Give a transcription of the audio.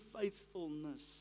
faithfulness